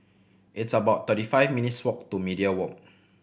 it's about thirty five minutes' walk to Media Walk